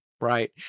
right